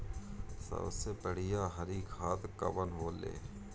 सबसे बढ़िया हरी खाद कवन होले?